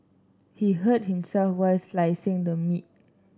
he hurt himself while slicing the meat